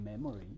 memory